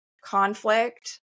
conflict